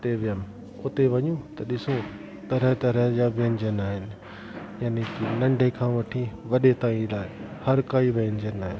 उते वियमि उते वञूं त ॾिसूं तरह तरह जा व्यंजन आहिनि